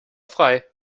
frei